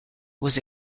was